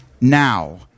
now